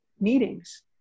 meetings